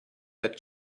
that